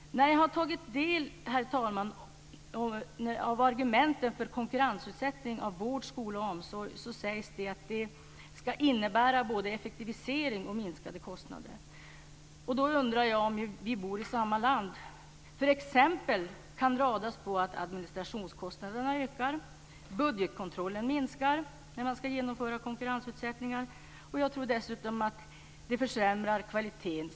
När jag har tagit del av argumenten för konkurrensutsättning av vård, skola och omsorg sägs det att det ska innebära både effektivisering och minskade kostnader. Då undrar jag om vi bor i samma land. Exempel kan radas upp på att administrationskostnaderna ökar och budgetkontrollen minskar när man ska genomföra konkurrensutsättningar. Jag tror dessutom att det försämrar kvaliteten.